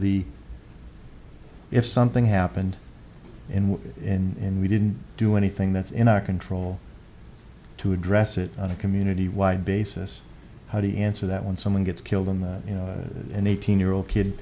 the if something happened in we didn't do anything that's in our control to address it on a community wide basis how do you answer that when someone gets killed and you know an eighteen year old kid